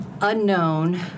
unknown